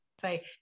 Say